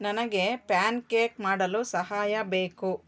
ನನಗೆ ಪ್ಯಾನ್ಕೇಕ್ ಮಾಡಲು ಸಹಾಯ ಬೇಕು